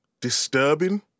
disturbing